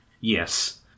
Yes